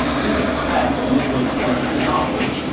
we just passed the midway point of the novel,